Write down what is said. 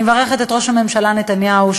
אני מברכת את ראש הממשלה נתניהו,